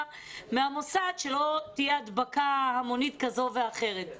מהמוסד שלא תהיה הדבקה המונית כזו ואחרת.